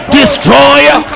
destroyer